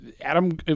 Adam